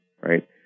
right